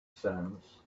sands